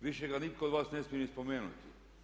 Više ga nitko od vas ne smije ni spomenuti.